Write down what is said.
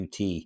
UT